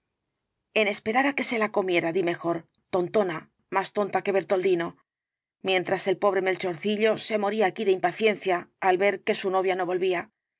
en esperar á que se la comiera di mejor tontona más tonta que bertoldino mientras el pobre melchorcillo se moría aquí de impaciencia al ver que su novia no volvía y